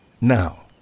Now